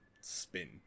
spin